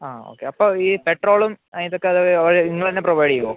ആ ഓക്കെ അപ്പം ഈ പെട്രോളും ആ ഇതൊക്കെ അതായത് അവര് ഇങ്ങള് തന്നെ പ്രൊവൈഡ് ചെയ്യുമോ